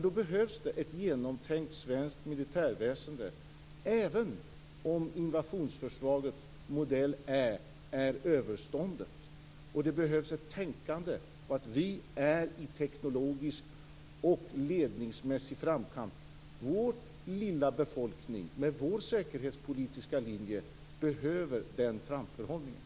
Då behövs det ett genomtänkt svenskt militärväsende, även om invasionsförsvaret, modell Ä, är överståndet. Vi måste tänka att vi är i teknologisk och ledningsmässig framkant. Vår lilla befolkning, med sin säkerhetspolitiska linje, behöver den framförhållningen.